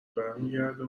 برمیگرده